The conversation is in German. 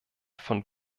von